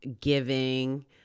giving